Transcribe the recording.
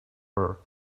her